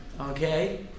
okay